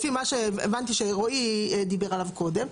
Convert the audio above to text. לפי מה שהבנתי שרועי דיבר עליו קודם,